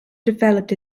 developed